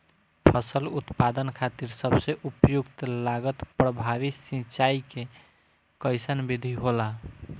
फसल उत्पादन खातिर सबसे उपयुक्त लागत प्रभावी सिंचाई के कइसन विधि होला?